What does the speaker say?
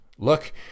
Look